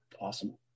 awesome